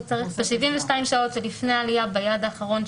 72 שעות לפני העלייה ביעד האחרון,